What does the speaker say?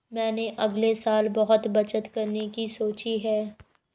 मैंने अगले साल बहुत बचत करने की सोची है